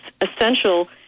essential